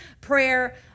prayer